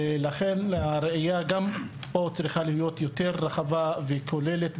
לכן, הראייה גם פה צריכה להיות יותר רחבה וכוללת.